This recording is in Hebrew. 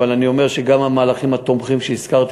אבל אני אומר שגם המהלכים התומכים שהזכרתי,